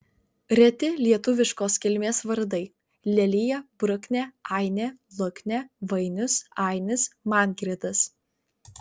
reti lietuviškos kilmės vardai lelija bruknė ainė luknė vainius ainis mangirdas